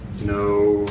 No